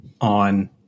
on